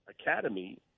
Academy